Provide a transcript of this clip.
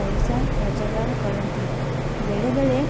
ପଇସା ରୋଜଗାର କରନ୍ତି ବେଳେବେଳେ